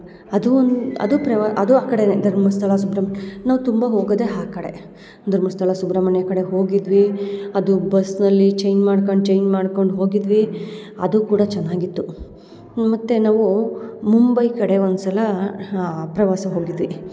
ಅದು ಒನ್ ಅದು ಪ್ರವಾ ಅದು ಆ ಕಡೆನೇ ಧರ್ಮಸ್ಥಳ ಸುಬ್ರಹ್ಮಣ್ಯ ನಾವು ತುಂಬ ಹೋಗದೆ ಆ ಕಡೆ ಧರ್ಮಸ್ಥಳ ಸುಬ್ರಹ್ಮಣ್ಯ ಕಡೆ ಹೋಗಿದ್ವಿ ಅದು ಬಸ್ನಲ್ಲಿ ಚೇಂಜ್ ಮಾಡ್ಕಂಡು ಚೇಂಜ್ ಮಾಡ್ಕೊಂಡು ಹೋಗಿದ್ವಿ ಅದು ಕೂಡ ಚೆನ್ನಾಗಿತ್ತು ಮತ್ತು ನಾವು ಮುಂಬೈ ಕಡೆ ಒಂದ್ಸಲ ಪ್ರವಾಸ ಹೋಗಿದ್ವಿ